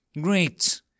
Great